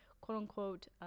quote-unquote